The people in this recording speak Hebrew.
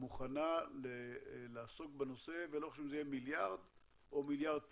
מוכנה לעסוק בנושא ולא חשוב אם זה יהיה מיליארד או מיליארד פלוס.